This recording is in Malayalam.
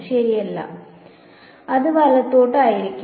ശരിയല്ല അത് വലത്തോട്ട് ആയിരിക്കും